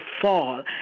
fall